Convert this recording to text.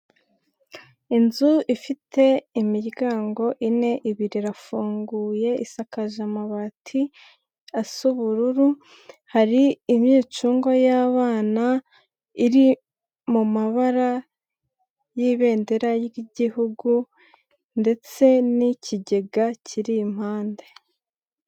Inzu ifite imiryango ine ibiri irafunguye, isakaje amabati asa ubururu, hari imyicungo y'abana iri mumabara y'ibendera ry'igihugu ndetse n'ikigega kiri impande.